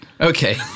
Okay